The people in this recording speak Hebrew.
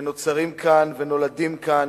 שנוצרים ונולדים כאן